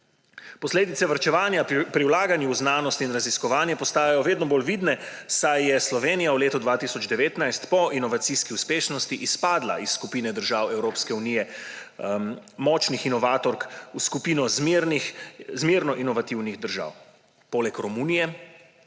Posledice varčevanja pri vlaganju v znanost in raziskovanje postajajo vedno bolj vidne, saj je Slovenija v letu 2019 po inovacijski uspešnosti izpadla iz skupine držav Evropske unije močnih inovatork v skupino zmerno inovativnih držav. Poleg Romunije